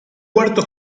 cuarto